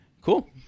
cool